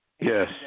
Yes